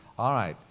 all right.